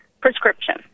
Prescription